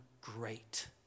great